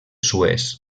suez